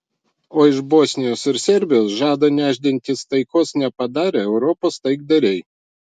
o iš bosnijos ir serbijos žada nešdintis taikos nepadarę europos taikdariai